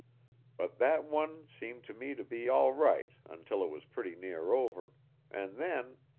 but that one seemed to me to be all right until it was pretty near over and then,